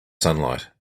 sunlight